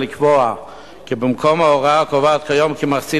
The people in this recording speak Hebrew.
ולקבוע כי במקום ההוראה הקובעת כיום כי מחצית